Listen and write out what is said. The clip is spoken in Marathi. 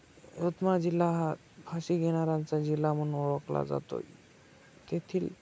यवतमाळ जिल्हा हा फाशी घेणाऱ्यांचा जिल्हा म्हणून ओळखला जातो आहे तेथील